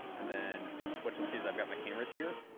and then what you'll see is i've got my cameras here.